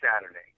Saturday